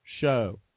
show